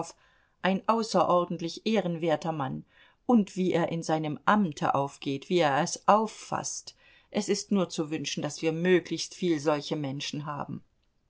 ein außerordentlich ehrenwerter mann und wie er in seinem amte aufgeht wie er es auffaßt es ist nur zu wünschen daß wir möglichst viel solche menschen haben